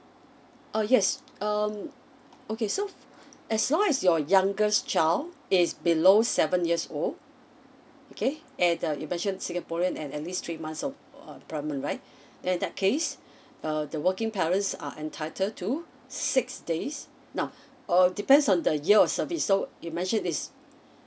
ah yes um okay so as long as your youngest child is below seven years old okay and uh you mention singaporean and at least three months of uh employment right then in that case uh the working parents are entitled to six days now err depends on the year of service so you mention this